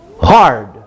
hard